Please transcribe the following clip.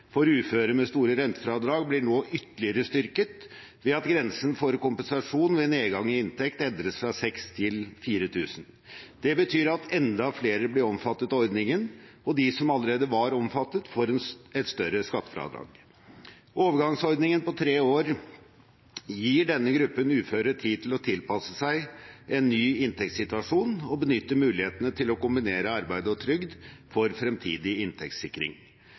for uføre med store rentefradrag, blir nå ytterligere styrket ved at grensen for kompensasjon ved nedgang i inntekt endres fra 6 000 kr til 4 000 kr. Det betyr at enda flere blir omfattet av ordningen, og de som allerede var omfattet, får et større skattefradrag. Overgangsordningen på tre år gir denne gruppen uføre tid til å tilpasse seg en ny inntektssituasjon og benytte mulighetene til å kombinere arbeid og trygd for fremtidig inntektssikring.